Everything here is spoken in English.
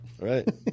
Right